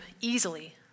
easily